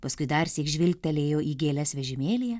paskui darsyk žvilgtelėjo į gėles vežimėlyje